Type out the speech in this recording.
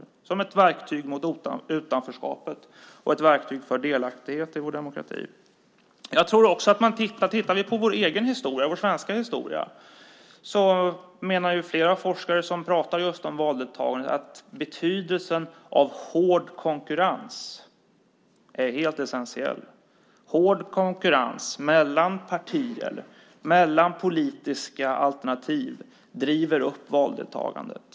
Det blir ett verktyg mot utanförskap och för delaktighet i vår demokrati. Om vi ser till vår egen svenska historia menar flera forskare, just vad gäller valdeltagande, att betydelsen av hård konkurrens är helt essentiell. Hård konkurrens mellan partier, mellan politiska alternativ, driver upp valdeltagandet.